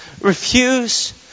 Refuse